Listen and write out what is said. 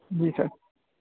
जी sir